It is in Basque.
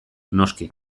noski